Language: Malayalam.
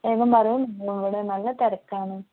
വേഗം പറയൂ നമ്മളുടെ ഇവിടെ നല്ല തിരക്കാണ്